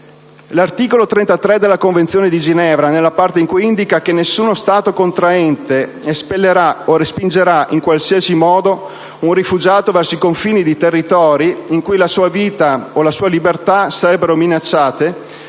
l'articolo 33 della Convenzione di Ginevra, nella parte in cui indica che «Nessuno Stato Contraente espellerà o respingerà, in qualsiasi modo, un rifugiato verso i confini di territori in cui la sua vita o la sua libertà sarebbero minacciate